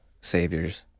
saviors